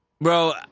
Bro